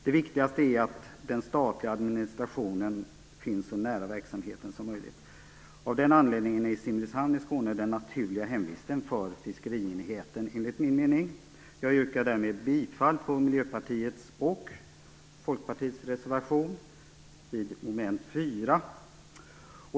Det viktigaste är att den statliga administrationen finns så nära verksamheten som möjligt. Av den anledningen är Simrishamn i Skåne den naturliga hemvisten för fiskerienheten enligt min mening. Jag yrkar därmed bifall till Miljöpartiets och Folkpartiets reservation under moment 4.